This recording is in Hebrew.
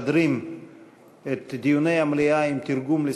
הצעות לסדר-היום מס'